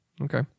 Okay